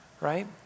right